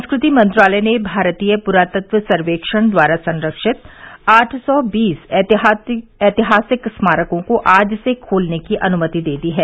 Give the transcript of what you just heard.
संस्कृति मंत्रालय ने भारतीय प्रातत्व सर्वेक्षण द्वारा संरक्षित आठ सौ बीस ऐतिहासिक स्मारकों को आज से खोलने की अनुमति दे दी है